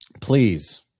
please